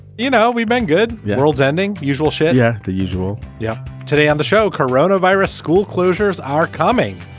you know, we've been good. the world's ending. usual shit. yeah, the usual. yeah today on the show, corona virus school closures are coming.